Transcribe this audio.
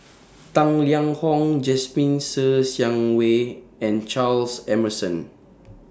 Tang Liang Hong Jasmine Ser Xiang Wei and Charles Emmerson